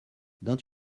don’t